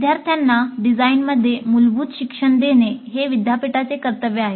विद्यार्थ्याना डिझाईनमध्ये मूलभूत शिक्षण देणे हे विद्यापीठाचे कर्तव्य आहे